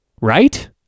right